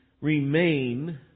remain